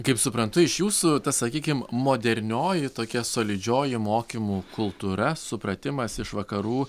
kaip suprantu iš jūsų ta sakykim modernioji tokia solidžioji mokymų kultūra supratimas iš vakarų